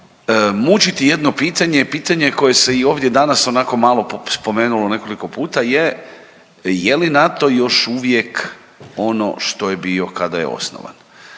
mučiti jedno pitanje, pitanje koje se i ovdje danas onako malo spomenulo nekoliko puta je je li NATO još uvijek ono što je bio kada je osnovan?